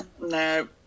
no